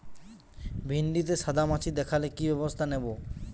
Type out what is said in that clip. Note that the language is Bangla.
ভিন্ডিতে সাদা মাছি দেখালে কি ব্যবস্থা নেবো?